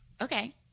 Okay